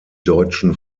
deutschen